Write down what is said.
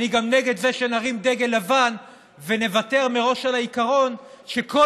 אני גם נגד זה שנרים דגל לבן ונוותר מראש על העיקרון שכל